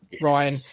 Ryan